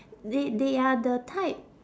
they they are the type